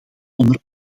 onder